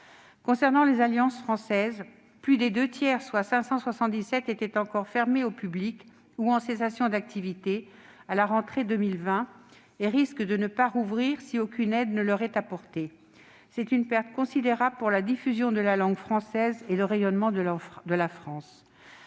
quelque 577 alliances françaises, soit plus des deux tiers d'entre elles, étaient encore fermées au public ou en cessation d'activité et risquent de ne pas rouvrir si aucune aide ne leur est apportée. C'est une perte considérable pour la diffusion de la langue française et le rayonnement de la France.